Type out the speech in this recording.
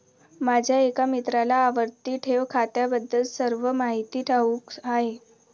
माझ्या एका मित्राला आवर्ती ठेव खात्याबद्दल सर्व माहिती ठाऊक आहे